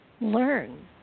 learn